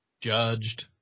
Judged